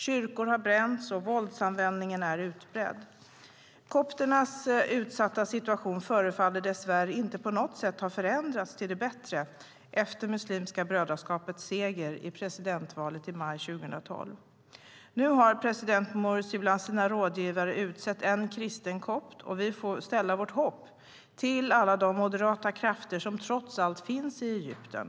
Kyrkor har bränts, och våldsanvändningen är utbredd. Kopternas utsatta situation förefaller dess värre inte på något sätt ha förändrats till det bättre efter Muslimska brödraskapets seger i presidentvalet i maj 2012. Nu har president Mursi bland sina rådgivare utsett en kristen kopt, och vi får ställa vårt hopp till alla de moderata krafter som trots allt finns i Egypten.